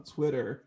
Twitter